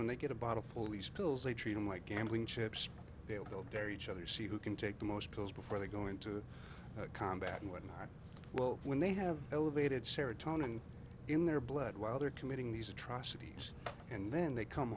when they get a bottle full of these pills they treat them like gambling chips they'll dare each other see who can take the most pills before they go into combat and whatnot well when they have elevated sarah tone and in their blood while they're committing these atrocities and then they come